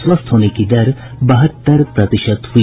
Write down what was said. स्वस्थ होने की दर बहत्तर प्रतिशत हुई